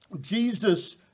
Jesus